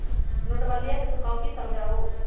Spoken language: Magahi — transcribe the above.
नोटबंदीया से तू काउची समझा हुँ?